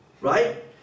right